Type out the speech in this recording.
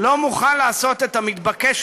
לא מוכן לעשות את המתבקש,